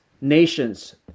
nations